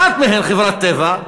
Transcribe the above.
אחת מהן, חברת "טבע",